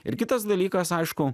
ir kitas dalykas aišku